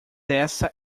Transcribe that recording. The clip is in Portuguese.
essa